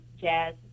jazz